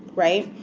right?